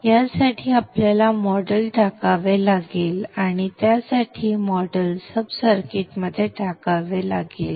यासाठी आपल्याला मॉडेल टाकावे लागेल आणि त्यासाठीचे मॉडेल सब सर्किटमध्ये टाकावे लागेल